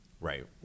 Right